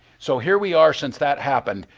so here we are since that happened,